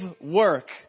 work